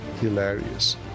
hilarious